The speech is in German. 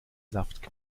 saft